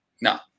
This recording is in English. no